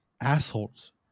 assholes